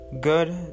good